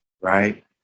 right